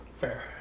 Fair